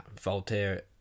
Voltaire